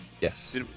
Yes